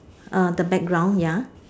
err the background ya